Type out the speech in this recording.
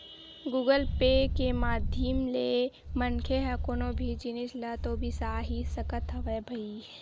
Google Pay के माधियम ले मनखे ह कोनो भी जिनिस ल तो बिसा ही सकत हवय भई